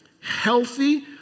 healthy